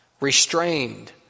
restrained